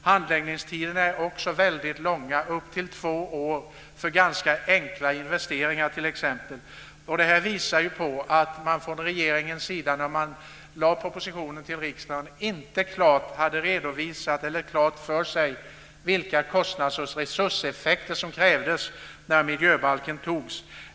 Handläggningstiderna är också väldigt långa - upp till två år t.ex. för ganska enkla investeringar. Det visar att regeringen, när den lade fram propositionen till riksdagen, inte klart hade redovisat, eller inte hade klart för sig, vilka kostnads och resurseffekterna skulle bli när miljöbalken antogs.